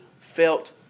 felt